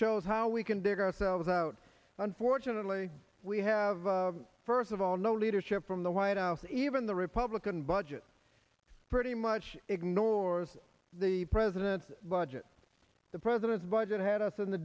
shows how we can dig ourselves out unfortunately we have first of all no leadership from the white house even the republican budget pretty much ignores the president's budget the president's budget had us in the